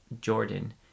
Jordan